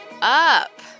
up